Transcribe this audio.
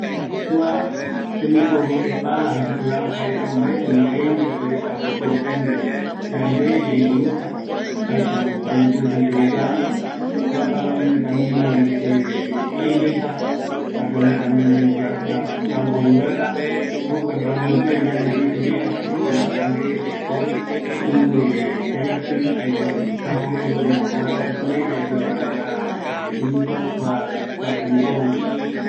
Kuako tembiporu, kua pala ikavi yayo vaera ɨvɨkua, ereï yamboɨta, jaɨmbeta, yandeko yaiporuta, kua tembiporu ɨvɨkua peañoa, jeta mbae pe yaiporu